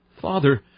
Father